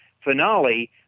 finale